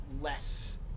less